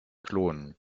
klonen